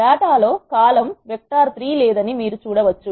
data లో column vec3 లేదని మీరు చూడవచ్చు